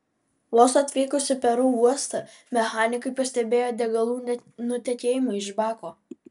vos atvykus į peru uostą mechanikai pastebėjo degalų nutekėjimą iš bako